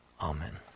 Amen